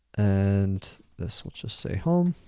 and this will just say, home.